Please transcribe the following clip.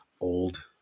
old